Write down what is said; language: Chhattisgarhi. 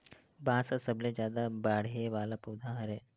बांस ह सबले जादा बाड़हे वाला पउधा हरय